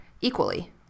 equally